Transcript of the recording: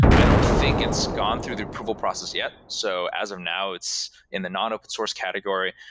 i don't think it's gone through the approval process yet. so as of now, it's in the non-open source category,